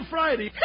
Friday